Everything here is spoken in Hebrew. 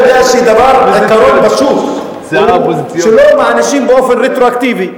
שעקרון בסיס הוא שלא מענישים באופן רטרואקטיבי.